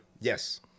Yes